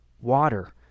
water